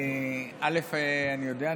אני יודע.